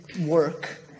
work